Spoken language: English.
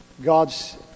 God's